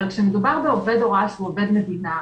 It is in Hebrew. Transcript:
אבל כשמדובר בעובד הוראה שהוא עובד מדינה,